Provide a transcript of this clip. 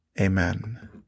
amen